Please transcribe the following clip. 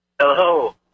Hello